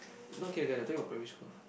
not kindergarten talking about primary school